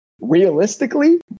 realistically